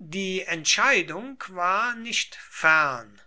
die entscheidung war nicht fern